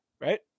Right